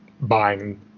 buying